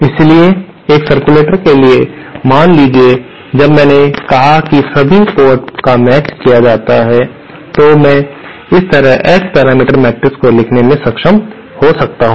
इसलिए एक सर्कुलेटर्स के लिए मान लीजिए जब मैंने कहा कि सभी पोर्ट का मेचड़ किया जाता है तो मैं इस तरह S पैरामीटर मैट्रिक्स को लिखने में सक्षम हो सकता हूं